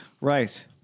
Right